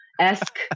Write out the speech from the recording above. esque